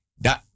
da